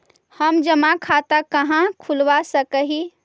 हम जमा खाता कहाँ खुलवा सक ही?